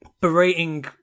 berating